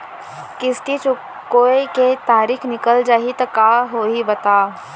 किस्ती चुकोय के तारीक निकल जाही त का होही बताव?